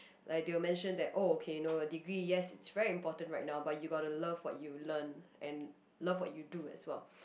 like they'll mention that oh okay no a degree yes it's very important right now but you gotta love what you learn and love what you do as well